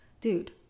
Dude